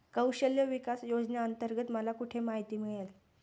कौशल्य विकास योजनेअंतर्गत मला कुठे माहिती मिळेल?